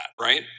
right